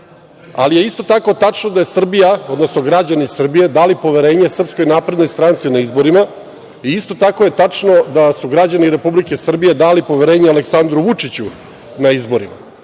Ali je isto tako tačno da je Srbija, odnosno građani Srbije, dali poverenje SNS na izborima i isto tako je tačno da su građani Republike Srbije dali poverenje Aleksandru Vučiću na izborima,